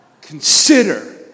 Consider